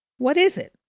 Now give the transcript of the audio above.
what is it?